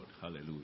Hallelujah